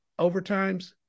overtimes